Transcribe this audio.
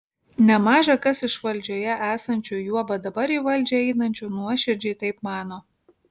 nemaža kas iš valdžioje esančių juoba dabar į valdžią einančių nuoširdžiai taip mano